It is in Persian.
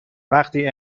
وقتی